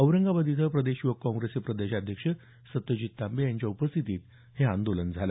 औरंगाबाद इथं प्रदेश य्वक काँग्रेसचे प्रदेशाध्यक्ष सत्यजीत तांबे यांच्या उपस्थितीत हे आंदोलन झालं